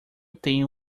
tenho